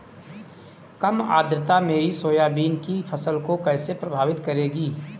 कम आर्द्रता मेरी सोयाबीन की फसल को कैसे प्रभावित करेगी?